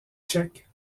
tchèque